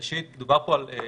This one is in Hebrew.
ראשית, דובר כאן על חקיקה,